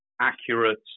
accurate